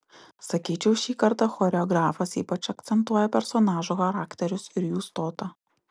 sakyčiau šį kartą choreografas ypač akcentuoja personažų charakterius ir jų stotą